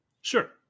Sure